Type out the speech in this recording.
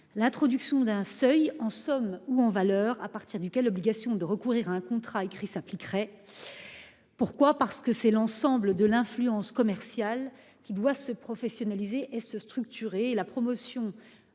l'introduction d'un seuil, en somme ou en valeur, à partir duquel l'obligation de recourir à un contrat écrit s'appliquerait. C'est l'ensemble du secteur de l'influence commerciale qui doit se professionnaliser et se structurer.